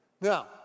Now